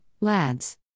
lads